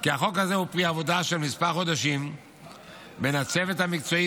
כי החוק הזה הוא פרי עבודה של כמה חודשים בין הצוות המקצועי